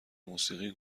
موسیقی